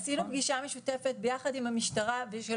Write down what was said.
עשינו פגישה משותפת ביחד עם המשטרה ויחד